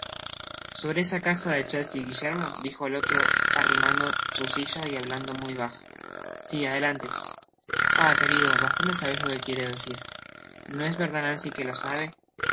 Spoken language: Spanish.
sobre esa casa de chertsey guillermo dijo el olro arrimando su silla y hablando muy bajo si adelante ah querido bastante sabeis lo que quiero decir no es verdad nancy que lo sabe no